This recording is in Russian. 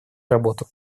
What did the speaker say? работу